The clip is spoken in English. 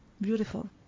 Beautiful